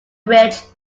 ridge